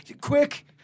quick